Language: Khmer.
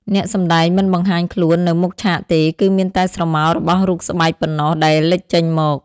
អ្នកសម្ដែងមិនបង្ហាញខ្លួននៅមុខឆាកទេ គឺមានតែស្រមោលរបស់រូបស្បែកប៉ុណ្ណោះដែលលេចចេញមក។